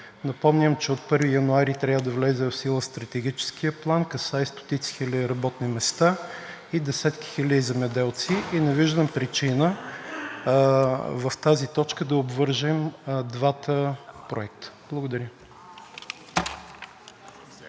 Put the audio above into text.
Напомням, че от 1 януари трябва да влезе в сила Стратегическият план, касаещ стотици хиляди работни места и десетки хиляди земеделци, и не виждам причина в тази точка да не обвържем двата проекта. Благодаря.